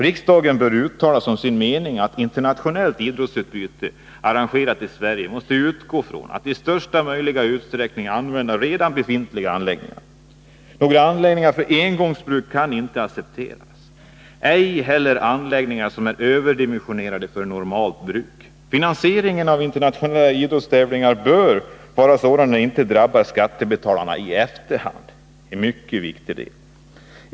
Riksdagen bör uttala som sin mening att internationellt idrottsutbyte arrangerat i Sverige måste utgå från att i största möjliga utsträckning använda redan befintliga anläggningar. Några anläggningar för ”engångsbruk” kan inte accepteras, ej heller anläggningar som är överdimensionerade för normalt bruk. Finansieringen av internationella idrottstävlingar bör vara sådan att den inte drabbar skattebetalarna i efterhand. Det är en mycket viktig detalj.